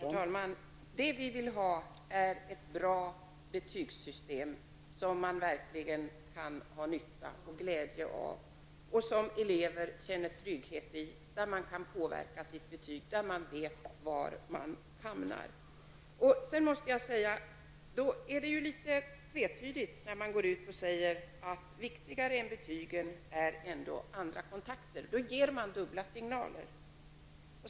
Herr talman! Vi vill ha ett bra betygssystem som man verkligen kan ha nytta och glädje av, ett betygssystem som elever känner trygghet i och där man kan påverka sitt betyg och vet var man hamnar. Det är därför litet tvetydigt när man nu går ut och säger att andra kontakter ändå är viktigare än betygen. Då ger man dubbla signaler.